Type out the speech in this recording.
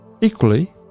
Equally